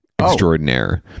extraordinaire